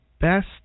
best